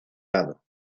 lado